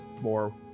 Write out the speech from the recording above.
more